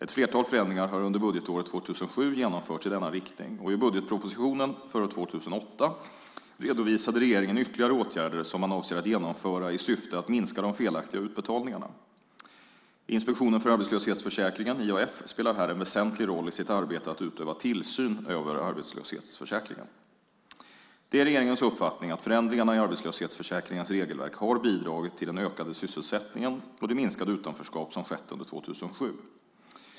Ett flertal förändringar har under budgetåret 2007 genomförts i denna riktning, och i budgetpropositionen för år 2008 redovisade regeringen ytterligare åtgärder som man avser att genomföra i syfte att minska de felaktiga utbetalningarna. Inspektionen för arbetslöshetsförsäkringen, IAF, spelar här en väsentlig roll i sitt arbete att utöva tillsyn över arbetslöshetsförsäkringen. Det är regeringens uppfattning att förändringarna i arbetslöshetsförsäkringens regelverk har bidragit till den ökning av sysselsättningen och den minskning av utanförskapet som skett under 2007.